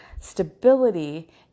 stability